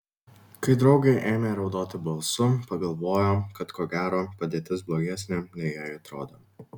kai draugė ėmė raudoti balsu pagalvojo kad ko gero padėtis blogesnė nei jai atrodo